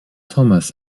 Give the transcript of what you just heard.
thomas